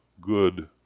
good